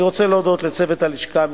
אני רוצה להודות לצוות הלשכה המשפטית: